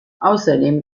außerdem